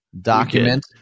document